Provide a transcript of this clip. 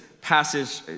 passage